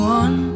one